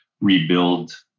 rebuild